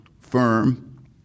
firm